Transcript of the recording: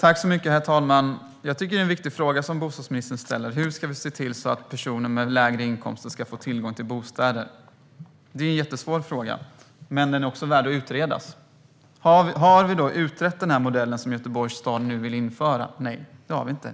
Herr talman! Det är en viktig fråga som bostadsministern ställer: Hur ska vi se till att personer med lägre inkomster ska få tillgång till bostäder? Det är en jättesvår fråga, men den är värd att utredas. Har vi då utrett den modell som Göteborgs stad nu vill införa? Nej, det har vi inte.